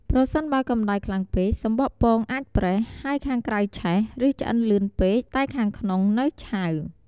ប្រសិនបើកម្តៅខ្លាំងពេក សំបកពងអាចប្រេះ ហើយខាងក្រៅឆេះ ឬឆ្អិនលឿនពេក តែខាងក្នុងនៅឆៅ។